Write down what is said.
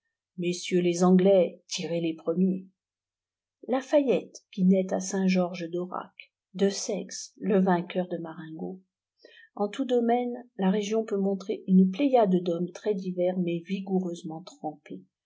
messieurs les anglais tirez les premiers la fayette qui naît à saint-georges d'aurac desaix le vainqueur de marengo en tous domaines la région peut montrer une pléiade d'hommes très divers mais vigoureusement trempés